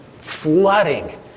flooding